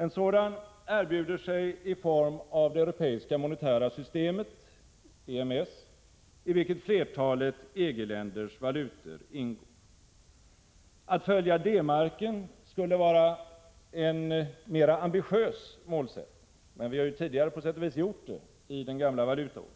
En sådan erbjuder sig i form av det europeiska monetära systemet , i vilket flertalet EG-länders valutor ingår. Att följa D-marken skulle vara en mera ambitiös målsättning, men vi har ju tidigare på sätt och vis gjort det i den gamla valutaormen.